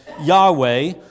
Yahweh